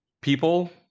people